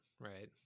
Right